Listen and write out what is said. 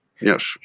Yes